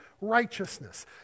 righteousness